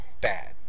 bad